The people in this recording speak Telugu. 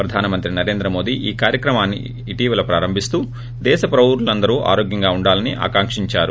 ప్రధానమంత్రి నరేంద్ర మోదీ ఈ కార్వక్రమాన్ని ఇటీవల ప్రారంభిస్తూ దేశ పౌరులందరూ ఆరోగ్వంగా ఉండాలని ఆకాంకించారు